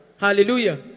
Hallelujah